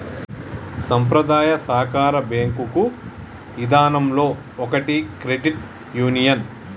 సంప్రదాయ సాకార బేంకు ఇదానంలో ఒకటి క్రెడిట్ యూనియన్